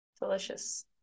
Delicious